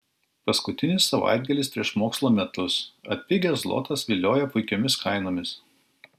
paskutinis savaitgalis prieš mokslo metus atpigęs zlotas vilioja puikiomis kainomis